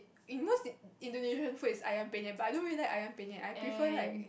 in most Indonesian food is Ayam-Penyet but I don't like Ayam-Penyet I prefer like